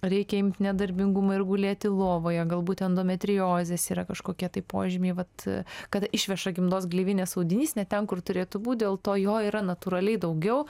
reikia imt nedarbingumą ir gulėti lovoje galbūt endometriozės yra kažkokie tai požymiai vat kad išveša gimdos gleivinės audinys ne ten kur turėtų būt dėl to jo yra natūraliai daugiau